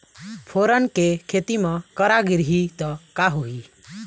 फोरन के खेती म करा गिरही त का होही?